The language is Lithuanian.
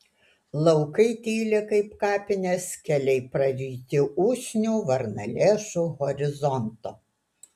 laukai tyli kaip kapinės keliai praryti usnių varnalėšų horizonto